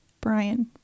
Brian